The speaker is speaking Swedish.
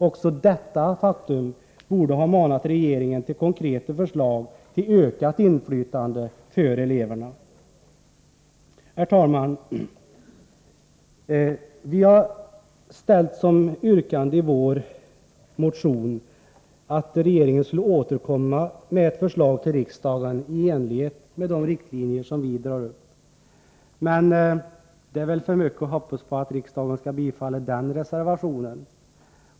Också detta faktum borde ha manat regeringen till konkreta förslag till ökat inflytande för eleverna. Herr talman! Vi har i vår reservation 23 yrkat att regeringen skall återkomma med förslag till riksdagen i enlighet med de riktlinjer som vi drar upp, men det är väl att hoppas för mycket att riksdagen skulle bifalla den reservationen.